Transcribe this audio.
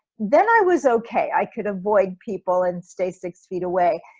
then i was okay. i could avoid people and stay six feet away,